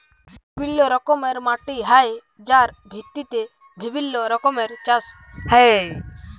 বিভিল্য রকমের মাটি হ্যয় যার ভিত্তিতে বিভিল্য রকমের চাস হ্য়য়